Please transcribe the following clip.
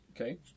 Okay